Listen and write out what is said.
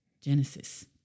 Genesis